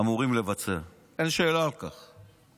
אמורים לבצע, אין שאלה על כך.